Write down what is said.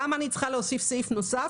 למה צריך להוסיף סעיף נוסף?